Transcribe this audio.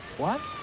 what?